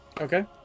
okay